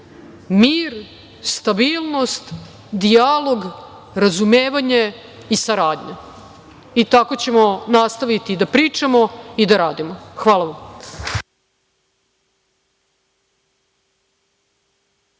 mir, stabilnost, dijalog, razumevanje i saradnja i tako ćemo nastaviti da pričamo i da radimo. Hvala.